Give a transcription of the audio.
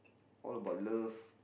all about love